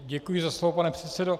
Děkuji za slovo, pane předsedo.